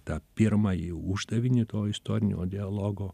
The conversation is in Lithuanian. tą pirmąjį uždavinį to istorinio dialogo